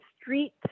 street